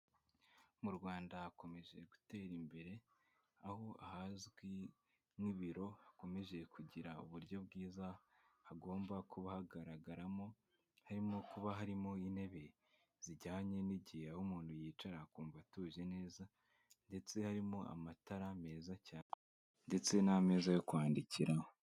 Mu Rwanda hakomeje gutera imbere, aho ahazwi nk'ibiro hakomeje kugira uburyo bwiza hagomba kuba hagaragaramo, harimo kuba harimo intebe zijyanye n'igihe, aho umuntu yicara akumva atuje neza ndetse harimo amatara meza cyane ndetse n'ameza yo kwandikiraho.